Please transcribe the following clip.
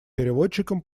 переводчикам